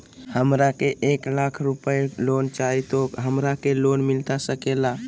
हमरा के एक लाख रुपए लोन चाही तो की हमरा के लोन मिलता सकेला?